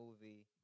movie